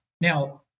Now